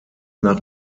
nach